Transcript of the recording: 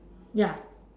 ya